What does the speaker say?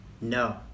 No